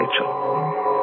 Rachel